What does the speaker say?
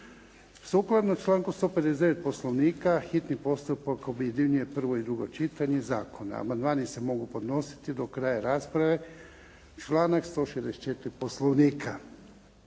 Sukladno članku 159. Poslovnika hitni postupak objedinjuje prvo i drugo čitanje zakona. Amandmani se mogu podnositi do kraja rasprave, članak 164. Poslovnika.